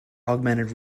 augmented